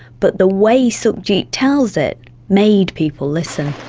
but the way sukhjit tells it made people listen.